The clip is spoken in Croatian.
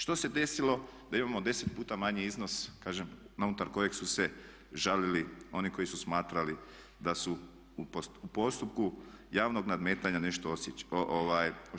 Što se desilo da imamo 10 puta manji iznos kažem unutar kojeg su se žalili oni koji su smatrali da su u postupku javnog nadmetanja nešto oštećeni.